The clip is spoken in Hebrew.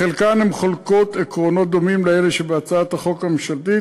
בחלקן הן חולקות עקרונות דומים לאלה שבהצעת החוק הממשלתית,